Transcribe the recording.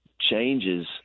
changes